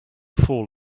fall